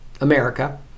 America